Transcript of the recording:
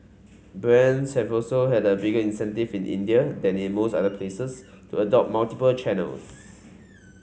brands have also had a bigger incentive in India than in most other places to adopt multiple channels